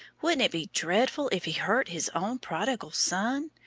wouldn't it be dreadful if he hurt his own prodigal son!